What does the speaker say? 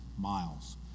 miles